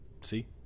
see